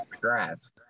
grass